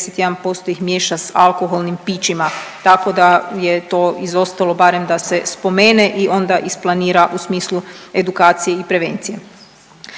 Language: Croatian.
i 61% ih miješa s alkoholnim pićima, tako da je to izostalo barem da se spomene i onda isplanira u smislu edukacije i prevencije.